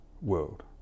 world